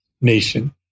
nation